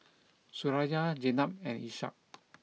Suraya Zaynab and Ishak